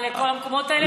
ולכל המקומות האלה.